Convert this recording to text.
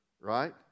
right